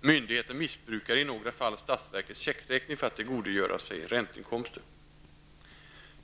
myndigheter missbrukar i några fall statsverkets checkräkning för att tillgodogöra sig ränteinkomster.